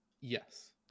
Yes